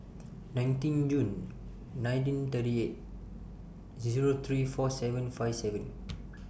nineteen June nineteen thirty eight Zero three four seven five seven